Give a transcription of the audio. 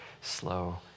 slow